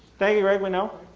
thank you, greg, we know.